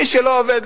מי שלא עובד,